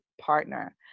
Partner